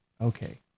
Okay